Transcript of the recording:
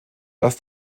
dass